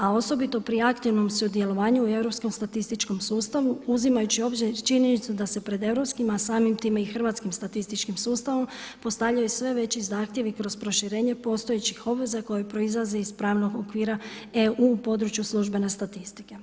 A osobito pri aktivnom sudjelovanju u europskom statističkom sustavu, uzimajući u obzir i činjenicu da se pred europskim a samim time i hrvatskim statističkim sustavom postavljaju sve veći zahtjevi kroz proširenje postojećih obveza koje proizlaze iz pravnog okvira EU u području službene statistike.